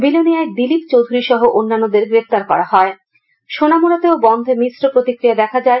বিলোনিয়াতে দিলীপ চৌধুরি সহ অন্যান্যদের গ্রেপ্তার করা হয় সোনামুড়াতেও বনধে মিশ্র প্রতিক্রিয়া দেখা যায়